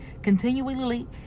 continually